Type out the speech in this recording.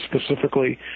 specifically